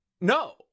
No